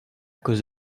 cause